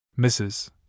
Mrs